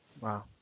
Wow